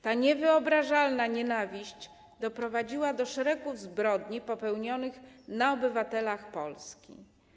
Ta niewyobrażalna nienawiść doprowadziła do szeregu zbrodni popełnionych na obywatelach Polski.